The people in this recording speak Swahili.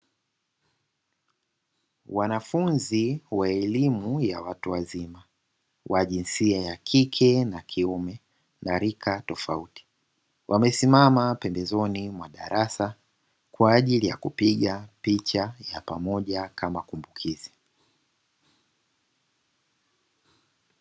Wanafunzi wa elimu ya watu wazima wa jinsia ya kike na kiume na rika tofauti, wamesimama pembezoni mwa darasa kwa ajili ya kupiga picha ya pamoja kama kumbukizi.